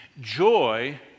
Joy